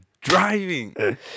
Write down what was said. Driving